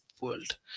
world